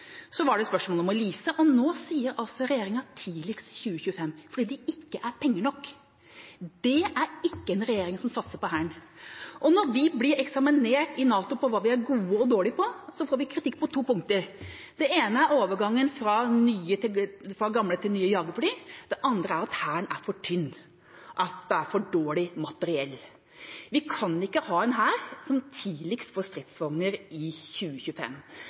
Så var det spørsmål om å lease, og nå sier altså regjeringa «tidligst 2025», fordi det ikke er penger nok. Det er ikke en regjering som satser på Hæren. Når vi blir eksaminert i NATO på hva vi er gode og dårlige på, får vi kritikk på to punkter. Det ene er overgangen fra gamle til nye jagerfly. Det andre er at Hæren er for tynn, at det er for dårlig materiell. Vi kan ikke ha en hær som får stridsvogner tidligst i 2025.